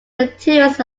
materials